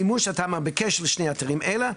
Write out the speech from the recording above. מימוש התמ"א בקשר לשני אתרים אלה,